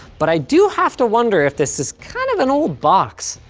but i do have to wonder if this is kind of an old box.